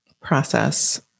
process